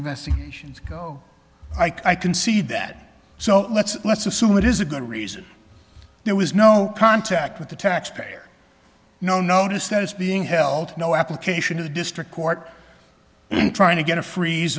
investigations go i can see that so let's let's assume it is a good reason there was no contact with the taxpayer no notice that is being held no application to the district court trying to get a freeze